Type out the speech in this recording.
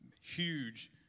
huge